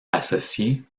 associée